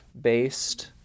based